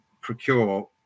procure